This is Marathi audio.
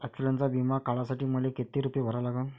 ॲक्सिडंटचा बिमा काढा साठी मले किती रूपे भरा लागन?